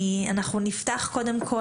קודם כל,